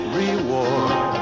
reward